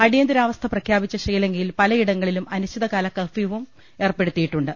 അടിയന്തരാ വസ്ഥ പ്രഖ്യാപിച്ച ശ്രീലങ്കയിൽ പലയിടങ്ങളിലും അനിശ്ചിതകാല കർഫ്യൂവും ഏർപ്പെടുത്തിയിട്ടുണ്ട്